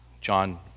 John